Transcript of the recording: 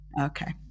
Okay